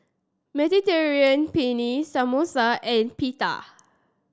Mediterranean Penne Samosa and Pita